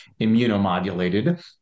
immunomodulated